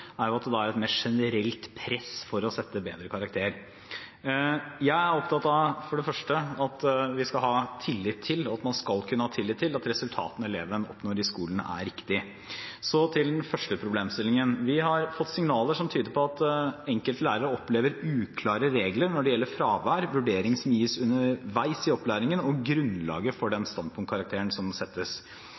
er at det er et mer generelt press for å sette bedre karakter. Jeg er for det første opptatt av at vi skal ha tillit til, at man skal kunne ha tillit til, at resultatene elevene oppnår i skolen, er riktige. Så til den første problemstillingen: Vi har fått signaler som tyder på at enkelte lærere opplever uklare regler når det gjelder fravær, vurdering som gis underveis i opplæringen og grunnlaget for den standpunktkarakteren som settes.